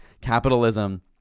capitalism